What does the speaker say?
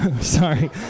sorry